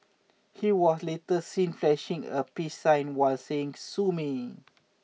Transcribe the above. he was later seen flashing a peace sign while saying sue me